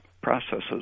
processes